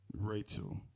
Rachel